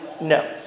no